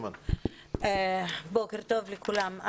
בוקר טוב לכולם.